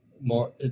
more